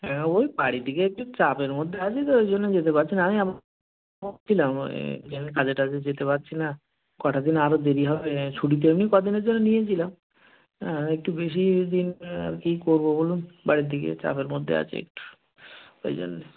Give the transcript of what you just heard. হ্যাঁ ওই বাড়ি থেকে একটু চাপের মধ্যে আছি তো ওই জন্য যেতে পারছি না আমি ওই যে আমি কাজে টাজে যেতে পারছি না কটা দিন আরও দেরি হবে ছুটি তো এমনি কদিনের জন্য নিয়েছিলাম হ্যাঁ একটু বেশি দিন আর কী করব বলুন বাড়ি থেকে চাপের মধ্যে আছি একটু ওই জন্য